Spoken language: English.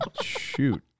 shoot